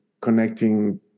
connecting